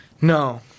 No